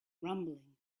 rumbling